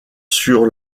sur